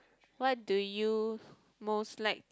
what do you most like